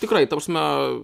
tikrai ta prasme